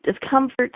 discomfort